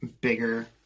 bigger